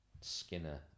Skinner